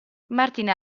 martin